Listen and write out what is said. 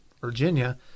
Virginia